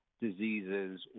diseases